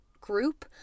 group